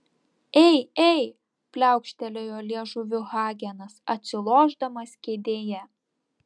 ei ei pliaukštelėjo liežuviu hagenas atsilošdamas kėdėje